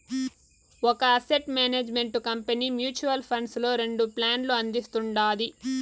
ఒక asset management company mutual funds లో రెండు ప్లాన్లు అందిస్తుండాది